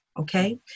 okay